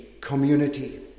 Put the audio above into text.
community